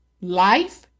Life